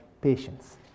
patience